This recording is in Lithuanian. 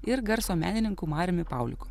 ir garso menininku mariumi pauliku